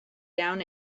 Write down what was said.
down